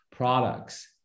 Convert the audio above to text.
Products